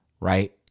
right